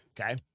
Okay